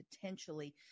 potentially